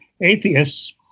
atheists